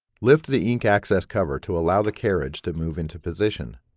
lift the ink access cover to allow the carriage to move into position.